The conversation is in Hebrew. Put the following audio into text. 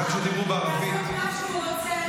גם כשדיברו בערבית, כי זה מה שבא לך.